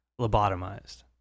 lobotomized